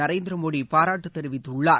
நரேந்திர மோடி பாராட்டு தெரிவித்துள்ளார்